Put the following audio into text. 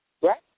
Right